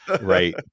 Right